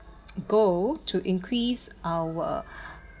goal to increase our